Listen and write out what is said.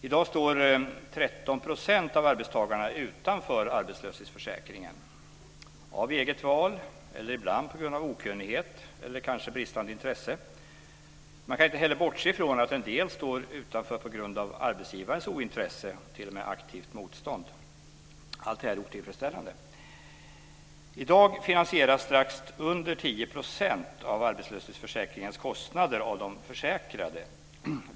I dag står 13 % av arbetstagarna utanför arbetslöshetsförsäkringen - av eget val och ibland på grund av okunnighet, eller kanske bristande intresse. Man kan inte heller bortse från att en del står utanför på grund av arbetsgivarens ointresse, och t.o.m. aktiva motstånd. Allt detta är otillfredsställande. I dag finansieras strax under 10 % av arbetslöshetsförsäkringens kostnader av de försäkrade.